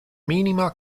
minima